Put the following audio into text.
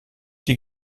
die